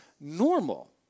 normal